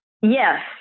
yes